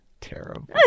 Terrible